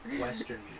Western